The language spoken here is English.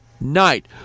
night